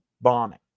bombing